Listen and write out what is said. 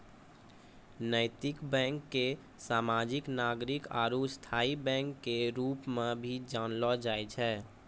नैतिक बैंक के सामाजिक नागरिक आरू स्थायी बैंक के रूप मे भी जानलो जाय छै